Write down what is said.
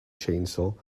chainsaw